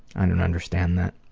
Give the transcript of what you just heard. i don't understand that.